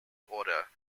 order